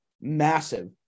massive